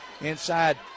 inside